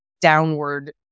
downward